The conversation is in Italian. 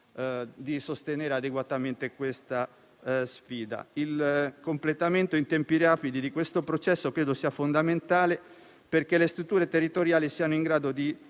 di sostenere adeguatamente questa sfida. Il completamento in tempi rapidi di questo processo credo sia fondamentale perché le strutture territoriali siano in grado di